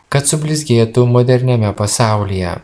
kad sublizgėtų moderniame pasaulyje